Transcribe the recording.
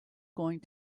going